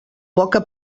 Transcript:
poca